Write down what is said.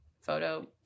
photo